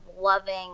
loving